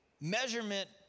measurement